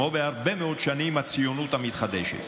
כמו בהרבה מאוד שנים, הציונות המתחדשת.